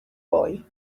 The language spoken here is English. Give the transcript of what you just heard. boy